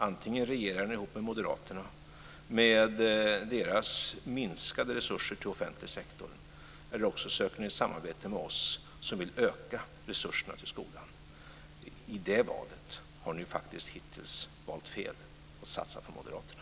Antingen regerar ni ihop med moderaterna och stöder deras förslag om minskade resurser till offentlig sektor, eller så söker ni samarbete med oss, som vill öka resurserna till skolan. I det valet har ni faktiskt hittills valt fel och satsat på moderaterna.